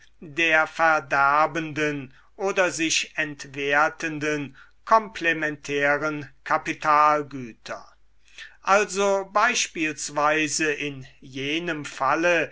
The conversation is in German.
der verderbenden oder sich entwertenden komplementären kapitalgüter also beispielsweise in jenem falle